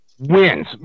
wins